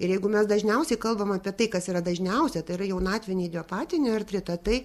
ir jeigu mes dažniausiai kalbam apie tai kas yra dažniausia tai yra jaunatvinį idiopatinį artritą tai